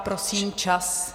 Prosím, čas.